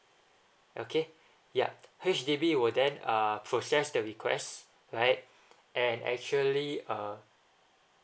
okay ya H_D_B will then uh process the request right and actually uh